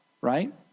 right